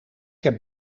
heb